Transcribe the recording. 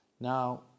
Now